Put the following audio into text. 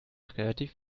relativ